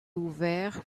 ouvert